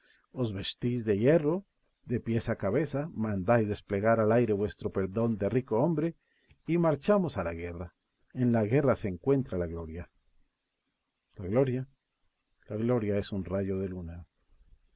os vestís de hierro de pies a cabeza mandáis desplegar al aire vuestro pendón de rico hombre y marchamos a la guerra en la guerra se encuentra la gloria la gloria la gloria es un rayo de luna